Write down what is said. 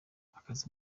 akazi